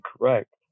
correct